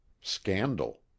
Scandal